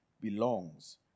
belongs